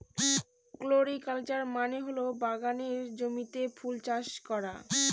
floriculture মানে হল বাগানের জমিতে ফুল চাষ করা